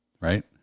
right